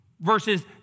Versus